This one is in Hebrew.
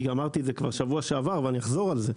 כי אמרתי את זה כבר בשבוע שעבר ואני אחזור על זה,